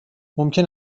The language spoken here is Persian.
ممکن